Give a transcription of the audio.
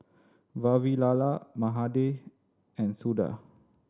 Vavilala Mahade and Suda